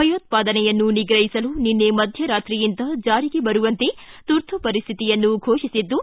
ಭಯೋತ್ವಾದನೆಯನ್ನು ನಿಗ್ರಹಿಸಲು ನಿನ್ನೆ ಮಧ್ಯರಾತ್ರಿಯಿಂದ ಜಾರಿಗೆ ಬರುವಂತೆ ತುರ್ತು ಪರಿಸ್ವಿತಿಯನ್ನು ಘೋಷಿಸಿದ್ದು